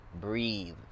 Breathe